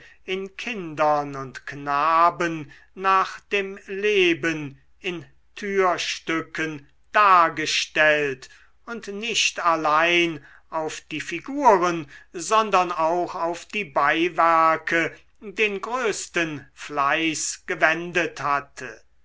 in kindern und knaben nach dem leben in türstücken dargestellt und nicht allein auf die figuren sondern auch auf die beiwerke den größten fleiß gewendet hatte